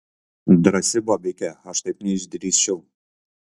drąsi bobikė aš taip neišdrįsčiau